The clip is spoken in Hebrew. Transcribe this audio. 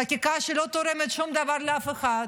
חקיקה שלא תורמת שום דבר לאף אחד,